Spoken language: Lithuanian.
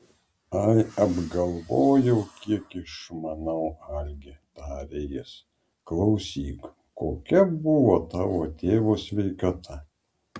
ai apgalvojau kiek išmanau algi tarė jis klausyk kokia buvo tavo tėvo sveikata